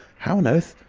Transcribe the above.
how on earth?